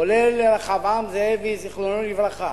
כולל רחבעם זאבי, זכרו לברכה,